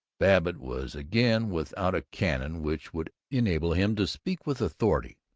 babbitt was again without a canon which would enable him to speak with authority.